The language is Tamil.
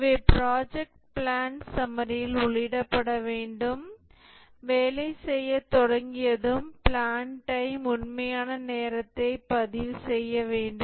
இவை ப்ராஜெக்ட் பிளான் சம்மரியில் உள்ளிடப்பட வேண்டும் வேலை செய்யத் தொடங்கியதும் பிளான் டைம் உண்மையான நேரத்தையும் பதிவு செய்ய வேண்டும்